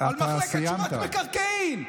על מחלקת שומת מקרקעין.